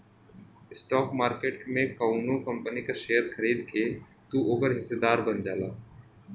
stock market में कउनो company क शेयर खरीद के तू ओकर हिस्सेदार बन जाला